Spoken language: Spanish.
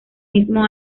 mismo